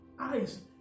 eyes